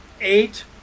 eight